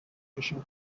fishing